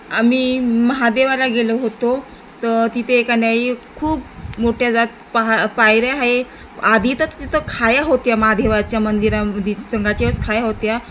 आम्ही महादेवाला गेलो होतो तर तिथे एका न्याई खूप मोठ्या जात पाह पायऱ्या आहे आधी तर तिथं खाया होत्या महादेवाच्या मंदिरामध्ये चंगाच्यावच खाया होत्या